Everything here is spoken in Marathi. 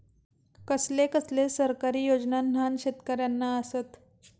कसले कसले सरकारी योजना न्हान शेतकऱ्यांना आसत?